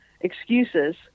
excuses